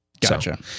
Gotcha